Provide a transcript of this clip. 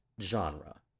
genre